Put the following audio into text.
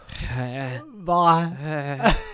bye